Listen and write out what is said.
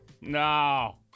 no